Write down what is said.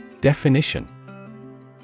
Definition